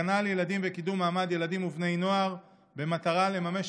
הגנה על ילדים וקידום מעמד ילדים ובני נוער במטרה לממש